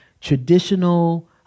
traditional